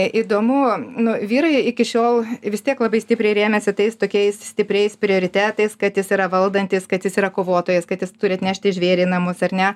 įdomu nu vyrai iki šiol vis tiek labai stipriai rėmėsi tais tokiais stipriais prioritetais kad jis yra valdantis kad jis yra kovotojas kad jis turi atnešti žvėrį į namus ar ne